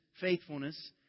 faithfulness